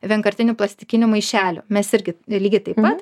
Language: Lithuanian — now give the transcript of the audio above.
vienkartinių plastikinių maišelių mes irgi lygiai taip pat